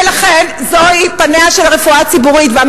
ולכן אלה פניה של הרפואה הציבורית ואלה